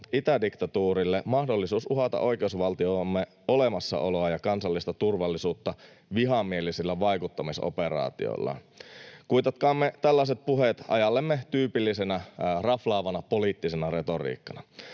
itädiktatuurille mahdollisuus uhata oikeusvaltiomme olemassaoloa ja kansallista turvallisuutta vihamielisillä vaikuttamisoperaatioilla. Kuitatkaamme tällaiset puheet ajallemme tyypillisenä raflaavana poliittisena retoriikkana.